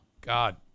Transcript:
God